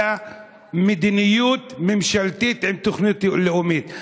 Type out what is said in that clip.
אלא מדיניות ממשלתית עם תוכנית לאומית,